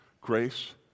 Grace